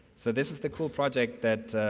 so this is the cool project that